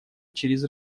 через